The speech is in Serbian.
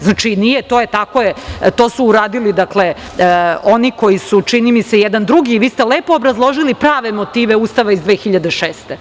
Znači nije, to je, tako je, to su uradili, dakle, oni koji su, čini mi se, jedan drugi, vi ste lepo obrazložili prave motive Ustava iz 2006.